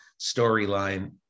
storyline